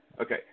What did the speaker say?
Okay